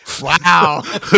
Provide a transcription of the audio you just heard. Wow